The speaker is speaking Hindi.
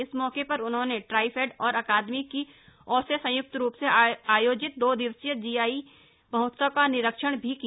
इस मौके पर उन्होंने ट्राइफेड और अकादमी की ओर से संयुक्त रूप से आयोजित दो दिवसीय जीआई महोत्सव का निरीक्षण भी किया